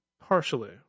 partially